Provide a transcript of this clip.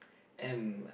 M